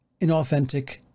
inauthentic